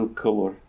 color